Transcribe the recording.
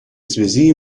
связи